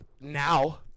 Now